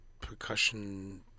percussion